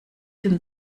den